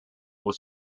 was